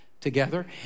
together